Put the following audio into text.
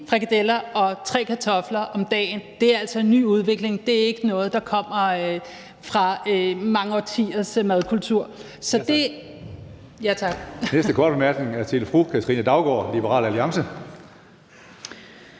frikadeller og tre kartofler om dagen er altså en ny udvikling. Det er ikke noget, der kommer fra mange årtiers madkultur.